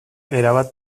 erabat